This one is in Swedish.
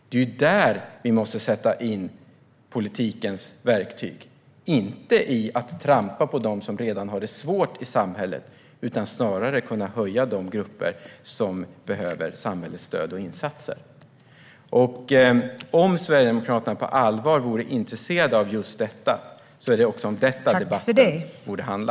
Det är där vi måste sätta in politikens verktyg och inte i att trampa på dem som redan har det svårt i samhället. Det handlar snarare om att kunna höja de grupper som behöver samhällets stöd och insatser. Om Sverigedemokraterna på allvar vore intresserade av just detta är det också om detta som debatten borde handla.